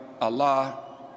Allah